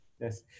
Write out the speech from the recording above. Yes